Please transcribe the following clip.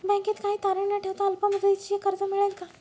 बँकेत काही तारण न ठेवता अल्प मुदतीचे कर्ज मिळेल का?